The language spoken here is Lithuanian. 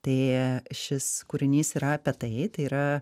tai šis kūrinys yra apie tai tai yra